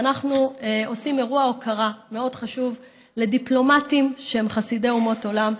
כי אנחנו עושים אירוע הוקרה מאוד חשוב לדיפלומטים שהם חסידי אומות עולם,